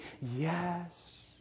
yes